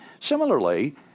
Similarly